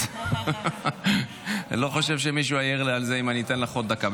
אז אני לא חשוב שמישהו יעיר לי על זה אם אני אתן לך עוד דקה.